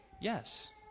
yes